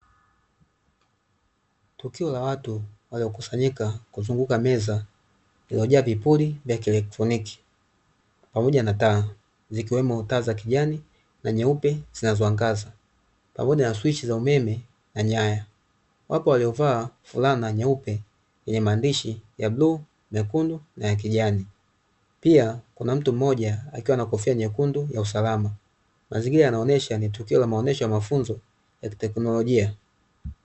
Tukio la watu waliokusanyika kuzunguka meza, iliyojaa vipuli vya kielekroniki pamoja na taa, zikiwemo; taa za kijani na nyeupe, zinazoangaza pamoja na swichi za umeme na nyaya, wapo waliovaa fulana nyeupe yenye maandishi ya bluu, nyekundu na ya kijani pia, kuna mtu mmoja akiwa na kofia nyekundu ya usalama. Mazingira yanaonyesha la tukio la mafunzo ya tekinolojia.